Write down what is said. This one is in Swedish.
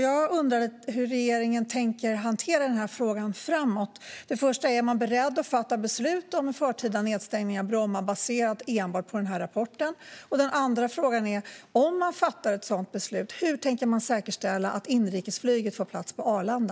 Jag undrar hur regeringen tänker hantera frågan framöver. För det första: Är man beredd att fatta beslut om en förtida nedstängning av Bromma enbart baserat på den här rapporten? För det andra: Hur tänker man, om man fattar ett sådant beslut, säkerställa att inrikesflyget får plats på Arlanda?